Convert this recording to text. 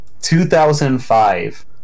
2005